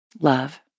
love